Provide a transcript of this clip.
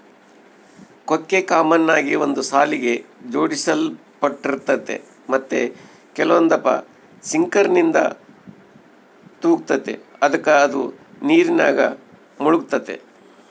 ಕೊಕ್ಕೆ ಕಾಮನ್ ಆಗಿ ಒಂದು ಸಾಲಿಗೆ ಜೋಡಿಸಲ್ಪಟ್ಟಿರ್ತತೆ ಮತ್ತೆ ಕೆಲವೊಂದಪ್ಪ ಸಿಂಕರ್ನಿಂದ ತೂಗ್ತತೆ ಅದುಕ ಅದು ನೀರಿನಾಗ ಮುಳುಗ್ತತೆ